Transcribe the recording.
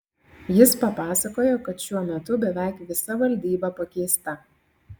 jis papasakojo kad šiuo metu beveik visa valdyba pakeista